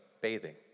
bathing